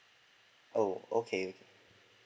oh okay